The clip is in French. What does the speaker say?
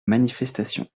manifestations